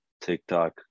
TikTok